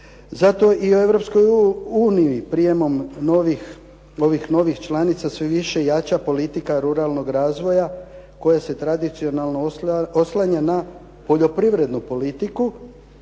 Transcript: uniji prijemom novih članica sve više jača politika ruralnog razvoja koja se tradicionalno oslanja na poljoprivrednu politiku